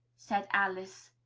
said alice.